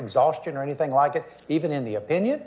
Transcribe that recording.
exhaustion or anything like that even in the opinion